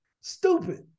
Stupid